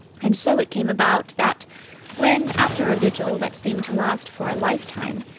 and so it came about that when, after a vigil that seemed to last for a lifetime,